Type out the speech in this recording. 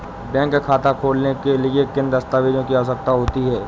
Bank खाता खोलने के लिए किन दस्तावेजों की आवश्यकता होती है?